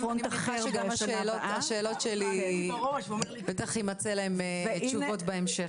אני מניחה שגם לשאלות שלי יימצאו תשובות בהמשך.